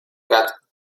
quatre